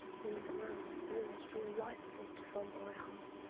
these words of yours draw life-blood from my heart.